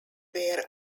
were